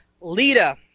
Lita